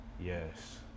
Yes